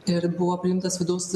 ir buvo priimtas vidaus